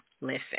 listen